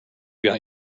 got